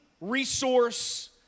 resource